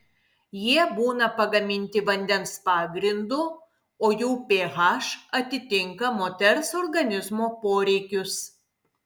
jie būna pagaminti vandens pagrindu o jų ph atitinka moters organizmo poreikius